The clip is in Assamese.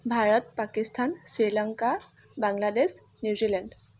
ভাৰত পাকিস্তান শ্ৰীলংকা বাংলাদেশ নিউজিলেণ্ড